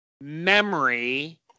memory